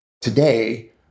Today